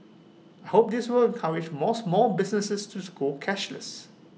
I hope this will encourage morse more businesses to school cashless